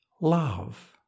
love